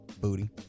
booty